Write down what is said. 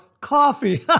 coffee